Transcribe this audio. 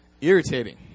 irritating